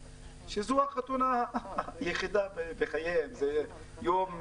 שמבחינתם יום החתונה הוא יום היסטורי,